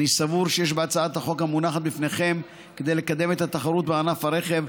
אני סבור שיש בהצעת החוק המונחת לפניכם כדי לקדם את התחרות בענף הרכב,